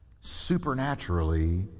supernaturally